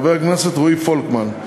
חבר הכנסת רועי פולקמן,